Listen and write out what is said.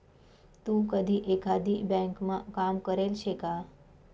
तू कधी एकाधी ब्यांकमा काम करेल शे का?